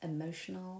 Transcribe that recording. emotional